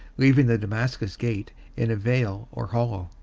leaving the damascus gate in a vale or hollow.